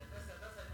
תתייחס ל"הדסה".